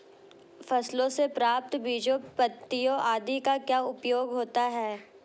फसलों से प्राप्त बीजों पत्तियों आदि का क्या उपयोग होता है?